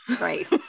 Right